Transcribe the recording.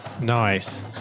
Nice